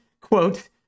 Quote